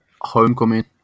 Homecoming